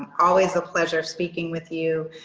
always a pleasure speaking with you.